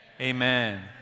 Amen